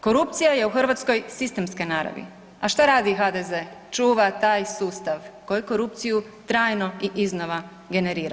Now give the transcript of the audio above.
Korupcija je u Hrvatskoj sistemske naravi, a šta radi HDZ, čuva taj sustav koji korupciju trajno i iznova generira.